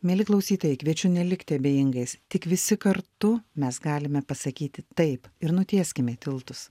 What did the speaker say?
mieli klausytojai kviečiu nelikti abejingais tik visi kartu mes galime pasakyti taip ir nutieskime tiltus